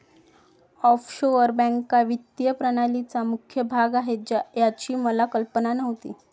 offshore बँका वित्तीय प्रणालीचा मुख्य भाग आहेत याची मला कल्पना नव्हती